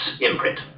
imprint